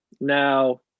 Now